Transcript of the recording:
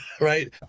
right